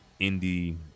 indie